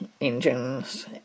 engines